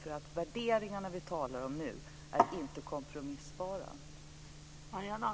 De värderingar vi talar om nu är nämligen inte kompromissbara.